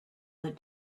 that